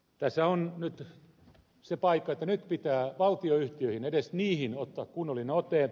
tässä on nyt se paikka että nyt pitää valtionyhtiöihin edes niihin ottaa kunnollinen ote